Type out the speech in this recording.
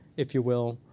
if you will,